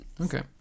Okay